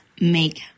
make